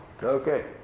okay